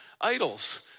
idols